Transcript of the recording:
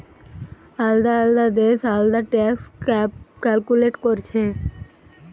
আলদা আলদা দেশ আলদা ট্যাক্স ক্যালকুলেট কোরছে